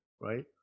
right